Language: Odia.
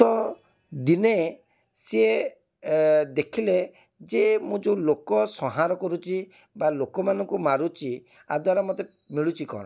ତ ଦିନେ ସିଏ ଏ ଦେଖିଲେ ଯେ ମୁଁ ଯେଉଁ ଲୋକ ସଂହାର କରୁଛି ବା ଲୋକମାନଙ୍କୁ ମାରୁଛି ଆ ଦ୍ଵାରା ମୋତେ ମିଳୁଛି କ'ଣ